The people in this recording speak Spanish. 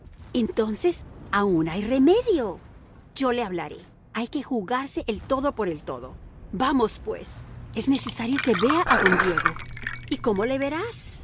entonces aun hay remedio yo le hablaré hay que jugarse el todo por el todo vamos pues es necesario que vea a don diego y cómo le verás